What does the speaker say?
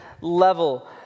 level